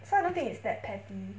so I don't think it's that petty